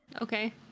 Okay